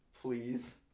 Please